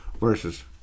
versus